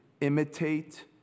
imitate